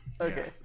Okay